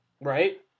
Right